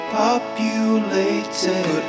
populated